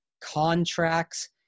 contracts